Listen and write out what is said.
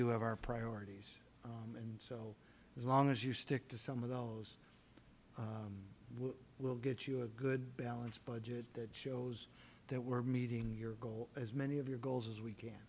do have our priorities and so as long as you stick to some of those we'll get you a good balanced budget that shows that we're meeting your goal as many of your goals as we